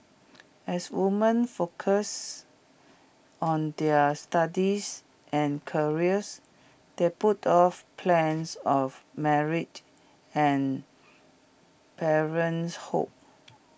as woman focused on their studies and careers they put off plans of marriage and parenthood